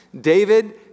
David